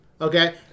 okay